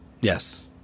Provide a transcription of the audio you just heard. Yes